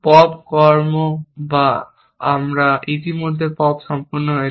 pop কর্ম বা আমরা ইতিমধ্যে পপ সম্পন্ন হয়েছে